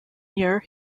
year